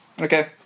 Okay